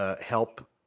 help